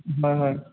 হয় হয়